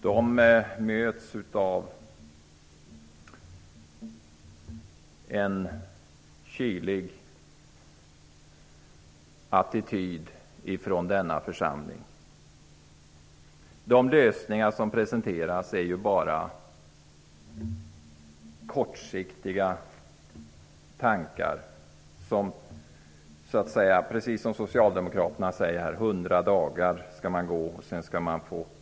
De möts av en kylig attityd från denna församling. De lösningar som presenteras är bara kortsiktiga tankar. T.ex. det förslag som Socialdemokraterna nämnde, nämligen att ungdomarna skall få gå arbetslösa högst 100 dagar.